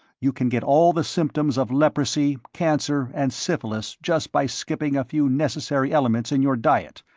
you can get all the symptoms of leprosy, cancer and syphilis just by skipping a few necessary elements in your diet.